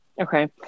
Okay